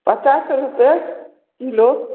पचास रुपैए किलो